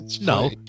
No